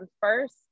first